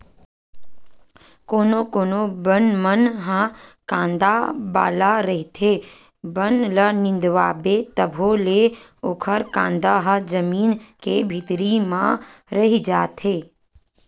कोनो कोनो बन मन ह कांदा वाला रहिथे, बन ल निंदवाबे तभो ले ओखर कांदा ह जमीन के भीतरी म रहि जाथे